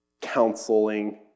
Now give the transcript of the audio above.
counseling